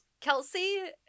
Kelsey